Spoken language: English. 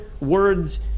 words